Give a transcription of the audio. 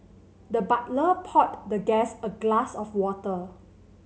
the butler poured the guest a glass of water